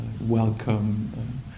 welcome